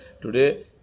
today